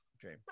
dream